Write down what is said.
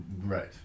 Right